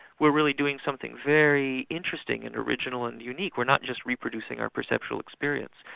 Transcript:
we're really doing something very interesting and original and unique we're not just reproducing our perceptual experience,